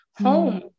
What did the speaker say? home